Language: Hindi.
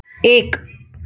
एक